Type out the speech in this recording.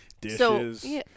Dishes